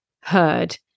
heard